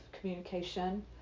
communication